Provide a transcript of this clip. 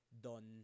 done